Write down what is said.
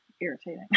irritating